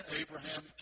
Abraham